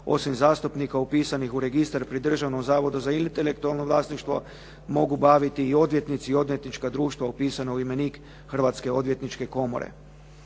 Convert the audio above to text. osim zastupnika upisanih u registar pri Državnom zavodu za intelektualno vlasništvo mogu baviti i odvjetnici i odvjetnička društva upisana u imenik Hrvatske odvjetničke komore.